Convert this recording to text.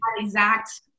exact